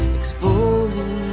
exposing